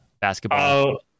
basketball